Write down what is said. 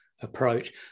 approach